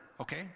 okay